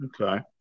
Okay